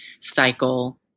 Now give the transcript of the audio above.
cycle